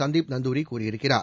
சந்தீப் நந்தூரி கூறியிருக்கிறார்